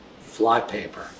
flypaper